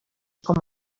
com